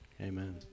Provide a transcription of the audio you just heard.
Amen